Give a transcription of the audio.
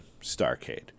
Starcade